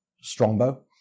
strongbow